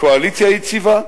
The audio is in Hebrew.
קואליציה יציבה.